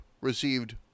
received